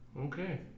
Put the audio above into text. Okay